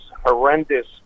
horrendous